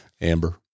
Amber